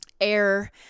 air